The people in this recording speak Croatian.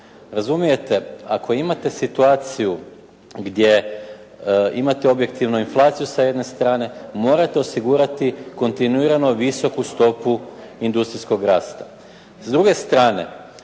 Razumijete, ako imate situaciju gdje imate objektivnu inflaciju s jedne strane morate osigurati kontinuirano visoku stopu industrijskog rasta.